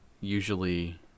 usually